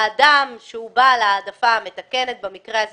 האדם שהוא בעל ההעדפה התקנת במקרה הזה